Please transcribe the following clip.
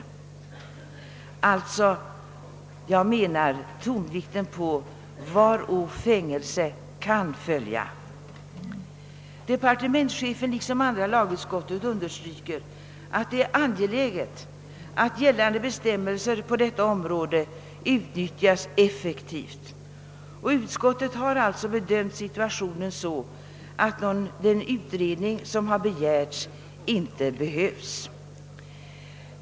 Tonvikten skall alltså läggas på ordet kan: varå fängelse kan följa. Andra lagutskottet understryker liksom departementschefen att det är angeläget att gällande bestämmelser på detta område utnyttjas effektivt. Utskottet har alltså bedömt situationen så, att den utredning som begärts inte behövs.